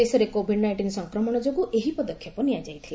ଦେଶରେ covid nineteen ସଂକ୍ରମଣ ଯୋଗୁଁ ଏହି ପଦକ୍ଷେପ ନିଆଯାଇଥିଲା